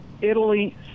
Italy